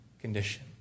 condition